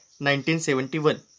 1971